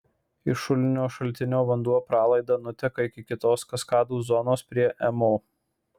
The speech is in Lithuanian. iš šulinio šaltinio vanduo pralaida nuteka iki kitos kaskadų zonos prie mo